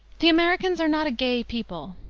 the americans are not a gay people,